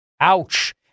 Ouch